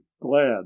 glad